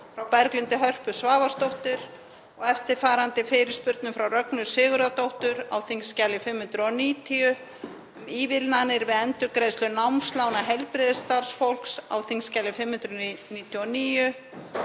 frá Berglindi Hörpu Svavarsdóttur og eftirfarandi fyrirspurnum frá Rögnu Sigurðardóttur: Á þskj. 590, um ívilnanir við endurgreiðslu námslána heilbrigðisstarfsfólks, á þskj. 599,